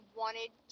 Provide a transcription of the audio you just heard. wanted